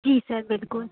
जी sir बिल्कुल